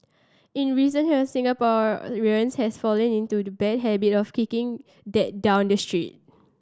in recent hear Singaporeans has fallen into the bad habit of kicking that down the street